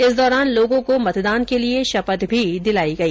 इस दौरान लोगों को मतदान के लिये शपथ भी दिलाई गई